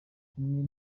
umwe